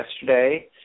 yesterday